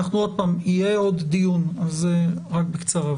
יהיה עוד דיון, אז רק בקצרה.